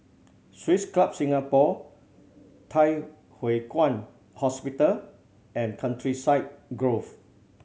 Swiss Club Singapore Thye Hua Kwan Hospital and Countryside Grove